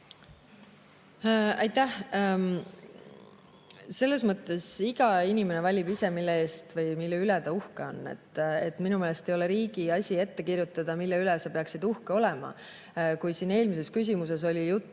Aitäh! Iga inimene valib ise, mille üle ta uhke on. Minu meelest ei ole riigi asi ette kirjutada, mille üle sa peaksid uhke olema. Kui siin eelmises küsimuses oli jutt,